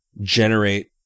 generate